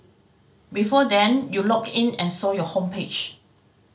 before then you logged in and saw your homepage